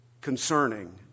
concerning